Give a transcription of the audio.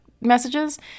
messages